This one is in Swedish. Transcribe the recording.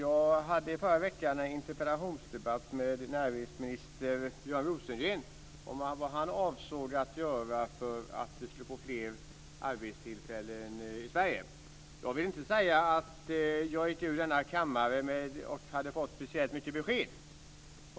Fru talman! I förra veckan hade jag en interpellationsdebatt med näringsminister Björn Rosengren. Jag frågade då vad han avsåg att göra för att vi skulle få fler arbetstillfällen i Sverige. Jag vill inte säga att jag fick speciellt mycket besked.